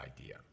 idea